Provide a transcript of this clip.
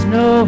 no